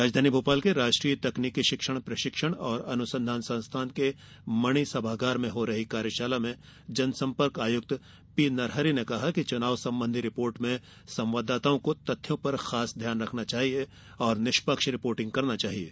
राजधानी भोपाल के राष्ट्रीय तकनीकी शिक्षक प्रशिक्षण और अनुसन्धान संस्थान के मणि सभागार में हो रही कार्यशाला में जनसंपर्क आयुक्त पी नरहरि ने कहा कि चुनाव संबंधी रिपोर्ट में संवाददाताओं को तथ्यों पर खास ध्यान रखना चाहिये और निष्पक्ष रिपोर्टिंग करना चाहिये